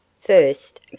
First